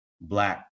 Black